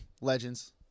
Legends